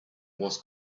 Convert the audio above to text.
was